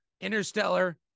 Interstellar